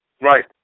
Right